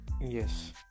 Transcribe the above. yes